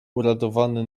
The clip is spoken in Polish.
uradowany